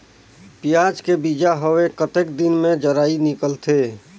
पियाज के बीजा हवे कतेक दिन मे जराई निकलथे?